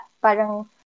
parang